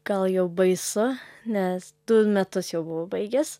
gal jau baisu nes du metus jau buvau baigęs